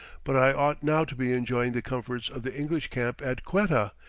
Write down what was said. but i ought now to be enjoying the comforts of the english camp at quetta,